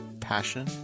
passion